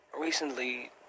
recently